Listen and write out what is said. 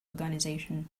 organisation